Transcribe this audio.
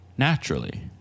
naturally